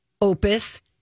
opus